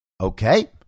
okay